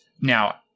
Now